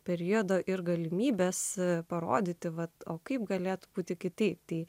periodo ir galimybes parodyti vat o kaip galėtų būti kiti tai